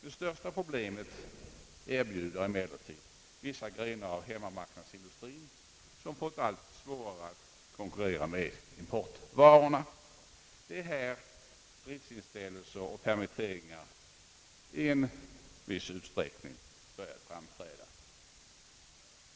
Det största problemet erbjuder vissa grenar av hemmamarknadsindustrien, som fått det allt svårare att konkurrera med importvarorna. Det är på detta av snitt driftsinställelser och permitteringar framför allt börjat förekomma.